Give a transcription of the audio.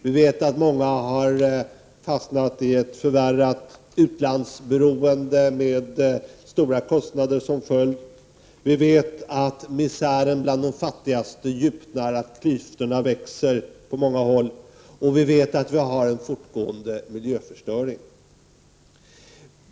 Vi vet att många u-länder har fastnat i ett förvärrat utlandsberoende med stora kostnader som följd. Vi vet att misären bland de fattigaste djupnar och att klyftorna växer på många håll. Vi vet att vi har en fortgående miljöförstöring.